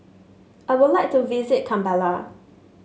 I would like to visit Kampala